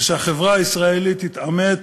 ושהחברה הישראלית תתעמת